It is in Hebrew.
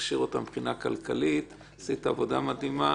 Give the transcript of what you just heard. להכשיר אותן מבחינה כלכלית ועשית עבודה מדהימה.